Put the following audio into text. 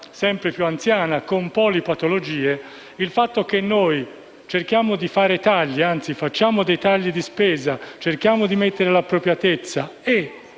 sempre più anziana con polipatologie, il fatto che cerchiamo di fare tagli, anzi facciamo tagli di spesa, cerchiamo di seguire il criterio